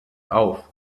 auf